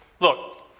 Look